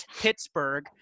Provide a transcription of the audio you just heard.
Pittsburgh